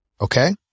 okay